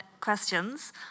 questions